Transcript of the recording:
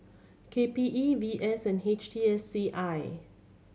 K P E V S and H T S C I